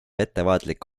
ettevaatlik